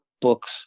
books